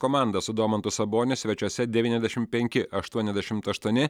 komanda su domantu saboniu svečiuose devyniasdešimt penki aštuoniasdešimt aštuoni